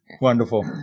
Wonderful